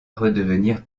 redevenir